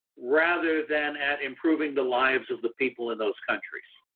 rather than at improving the lives of the people in those countries.